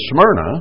Smyrna